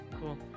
cool